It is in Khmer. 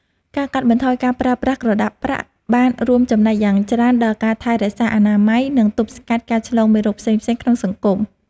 ការកាត់បន្ថយការប្រើប្រាស់ក្រដាសប្រាក់បានរួមចំណែកយ៉ាងច្រើនដល់ការថែរក្សាអនាម័យ និងទប់ស្កាត់ការឆ្លងមេរោគផ្សេងៗក្នុងសង្គម។